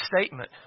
statement